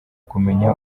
kumenya